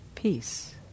Peace